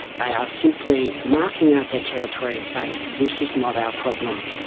they are simply marking out their territory and saying this is not our problem.